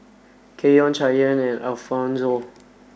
Kenyon Cheyenne and Alfonzo